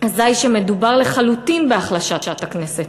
אזי מדובר לחלוטין בהחלשת הכנסת.